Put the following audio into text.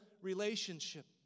relationship